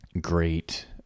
great